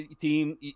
team